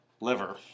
liver